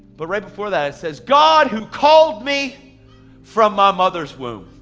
but right before that it says, god who called me from my mother's womb.